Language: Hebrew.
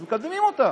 אז מקדמים אותה.